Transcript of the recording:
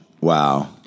Wow